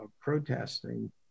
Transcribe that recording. protesting